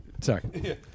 Sorry